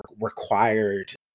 required